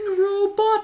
robot